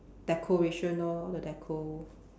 decoration lor the deco